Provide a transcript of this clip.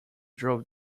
drove